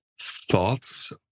thoughts